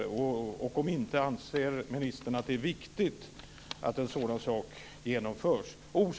Om inte, anser ministern att det är viktigt att en sådan genomförs?